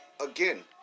Again